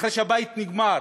אחרי שהבית נגמר,